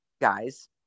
guys